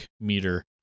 meter